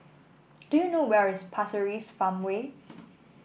do you know where is Pasir Ris Farmway